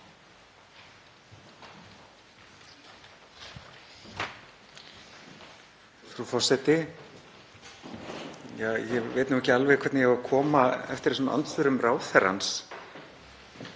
Frú forseti. Ég veit ekki alveg hvernig ég á að koma á eftir þessum andsvörum ráðherrans.